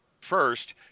First